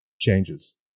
changes